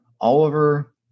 oliver